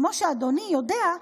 כמו שאדוני יודע,